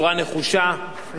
עם רגישות.